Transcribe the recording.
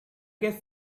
get